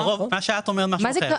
הקרוב מה שאת אומרת זה משהו אחר.